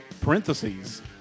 parentheses